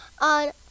on